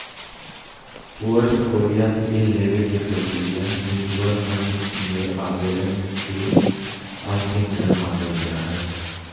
portfolio PIN लेबे के प्रक्रिया म्यूच्यूअल फंड मे आवेदन के अंतिम चरण मानल जा हय